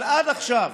אבל עד עכשיו